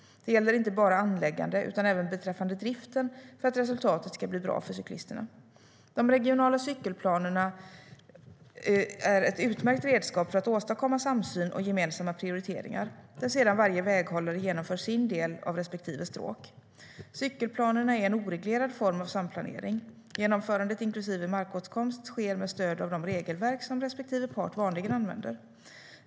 Det gäller inte bara anläggande utan även beträffande driften för att resultatet ska bli bra för cyklisterna. De regionala cykelplanerna är ett utmärkt redskap för att åstadkomma samsyn och gemensamma prioriteringar, där sedan varje väghållare genomför sin del av respektive stråk. Cykelplanerna är en oreglerad form av samplanering. Genomförandet, inklusive markåtkomst, sker med stöd av de regelverk som respektive part vanligen använder.